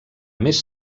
més